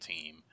team